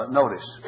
notice